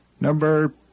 number